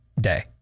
day